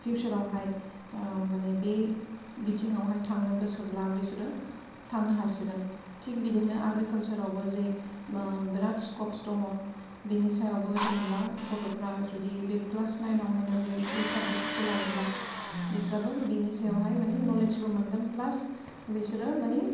फिउचारआवहाय माने बे बिथिंआवहाय थांनो गोसोब्ला बेसोरो थांनो हासिगोन थिग बिदिनो एग्रिकालचारआवबो जे बिराद स्कप्स दङ बेनि सायावबो जेन'ब्ला गथ'फोरा जुदि बे क्लास नाइनावहायनो बे साबजेक्ट्सखौ लायोब्ला बिस्राबो बेनि सायावहाय माने नलेजबो मोनगोन प्लास बिसोरो माने